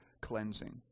cleansing